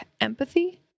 empathy